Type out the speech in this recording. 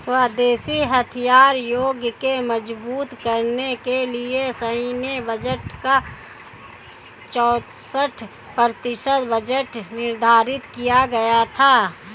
स्वदेशी हथियार उद्योग को मजबूत करने के लिए सैन्य बजट का चौसठ प्रतिशत बजट निर्धारित किया गया था